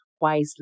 wisely